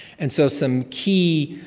and so some key